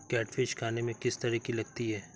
Catfish खाने में किस तरह की लगती है?